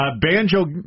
Banjo